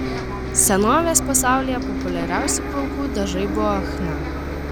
senovės pasaulyje populiariausi plaukų dažai buvo chna